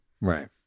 Right